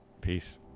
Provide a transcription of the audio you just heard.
peace